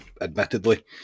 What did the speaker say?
admittedly